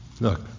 Look